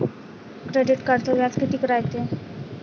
Credit कार्डचं व्याज कितीक रायते?